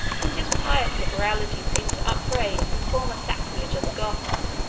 and his pious liberality seems to upbraid some former sacrilege of the goths.